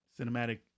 cinematic